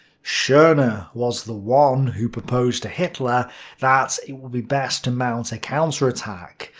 schorner was the one who proposed to hitler that it would be best to mount a counterattack.